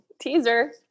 teaser